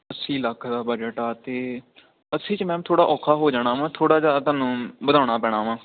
ਅੱਸੀ ਲੱਖ ਦਾ ਬਜਟ ਆ ਤਾਂ ਅੱਸੀ 'ਚ ਮੈਮ ਥੋੜ੍ਹਾ ਔਖਾ ਹੋ ਜਾਣਾ ਵਾ ਥੋੜ੍ਹਾ ਜਿਹਾ ਤੁਹਾਨੂੰ ਵਧਾਉਣਾ ਪੈਣਾ ਵਾ